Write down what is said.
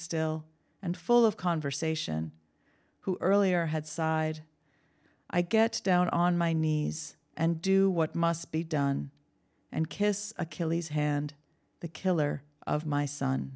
still and full of conversation who earlier had sighed i get down on my knees and do what must be done and kiss achilles hand the killer of my son